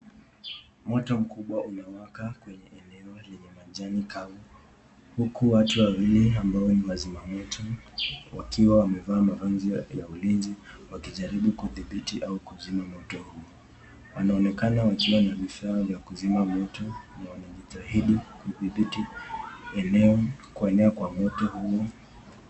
Moto mkubwa umewaka kwenye eneo lenye majani kavu, huku watu wawili ambao ni wazima moto, wakiwa wamevaa mavazi ya ulinzi wakijaribu kudhibiti au kuzima moto huo. Wanaonekana wakiwa na vifaa vya kuzima moto na wana jitahidikudhibiti eneo kwa eneo kwa moto huo.